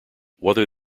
whether